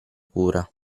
cura